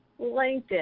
LinkedIn